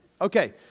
Okay